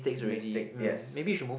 mistake yes